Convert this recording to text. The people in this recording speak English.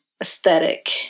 aesthetic